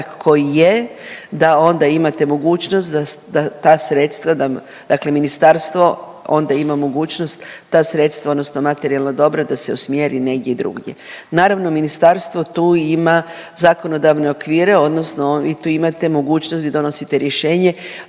koji je da onda imate mogućnost da ta sredstva, da dakle ministarstvo onda ima mogućnost ta sredstva odnosno materijalna dobra da se usmjeri negdje drugdje. Naravno ministarstvo tu ima zakonodavne okvire odnosno vi tu imate mogućnosti da donosite rješenje.